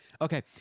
Okay